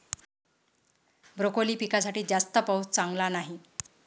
broccoli पिकासाठी जास्त पाऊस चांगला नाही